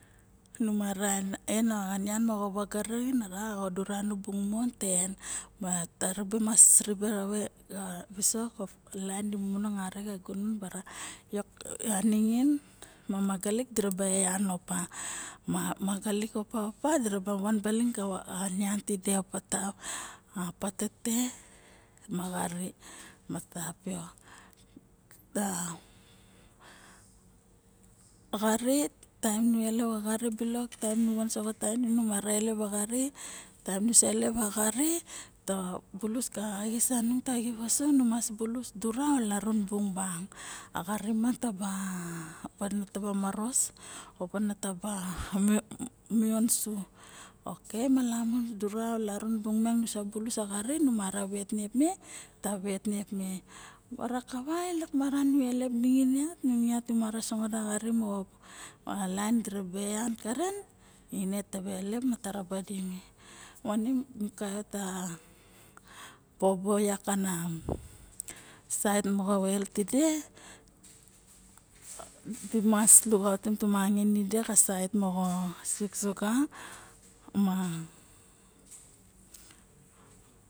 Nu mara en a nian mo vaga raxin a ra o dura nu bung mon taba en ma taribe mas laen dimomonong arixe ningin ma magalik diraba evan opa magalik opa diraba nan baling kava nian tide a patete ma xari ma tapiok ma xari taem nu elep a xary so xa tainim balok ta bulus ka xari ma tainim balok ta biulus ka xis sanung nu ma bulus ka gunon ka dura o larun bung bang a xiary miang taba opa taba maros o malos su malamu xa dura larun. Bung nu ma ra vet niep me nusa wet niep me bara kava nu elep ningin ait nu mara sangot a xari mo laen diraba nian karen ne taba elep ma taba rabe dime vane nu kavot bob xa saet mo oil tide di mas lukautim tomangain mo side mo sig suga ma